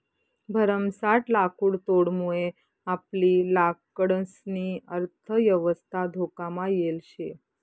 भरमसाठ लाकुडतोडमुये आपली लाकडंसनी अर्थयवस्था धोकामा येल शे